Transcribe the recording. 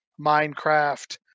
Minecraft